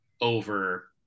over